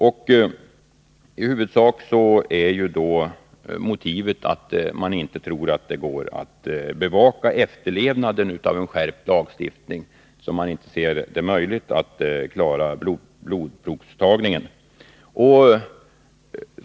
I huvudsak är motivet att man inte tror att det går att bevaka efterlevnaden av en skärpt lagstiftning. Man anser det inte vara möjligt att klara blodprovstagningen.